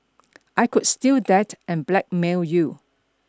I could steal that and blackmail you